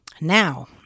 Now